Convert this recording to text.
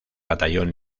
batallón